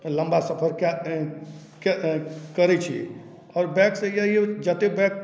लम्बा सफर कै करै छी आओर बाइकसँ इएह अइ जतेक बाइक